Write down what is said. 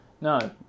No